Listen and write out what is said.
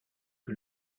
que